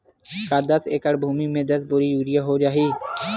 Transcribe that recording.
का दस एकड़ भुमि में दस बोरी यूरिया हो जाही?